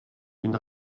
une